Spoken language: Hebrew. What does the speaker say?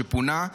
שפונה,